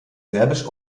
serbisch